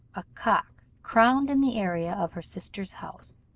a cock crowed in the area of her sister's house